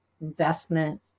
investment